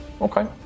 Okay